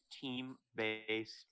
team-based